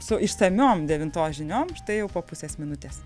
su išsamiom devintos žiniom štai jau po pusės minutės